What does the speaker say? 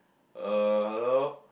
uh hello